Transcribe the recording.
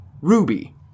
Ruby